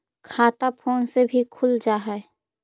खाता फोन से भी खुल जाहै?